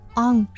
on